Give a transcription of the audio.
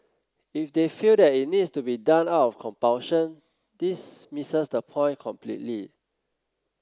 if they feel that it needs to be done out of compulsion this misses the point completely